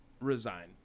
resign